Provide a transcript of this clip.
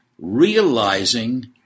realizing